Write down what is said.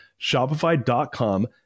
Shopify.com